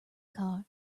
car